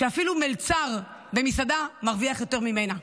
שאפילו מלצר במסעדה מרוויח יותר ממנה.